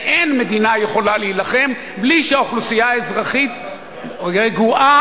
ואין מדינה יכולה להילחם בלי שהאוכלוסייה האזרחית רגועה,